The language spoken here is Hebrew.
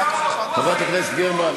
חברת הכנסת גרמן,